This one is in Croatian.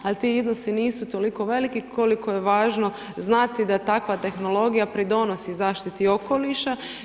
Ali ti iznosi nisu toliko veliki koliko je važno znati da takva tehnologija pridonosi zaštiti okoliša.